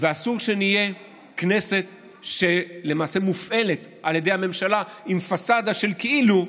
ואסור שנהיה כנסת שלמעשה מופעלת על ידי הממשלה עם פסאדה של כאילו,